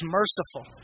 merciful